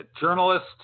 journalist